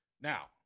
Now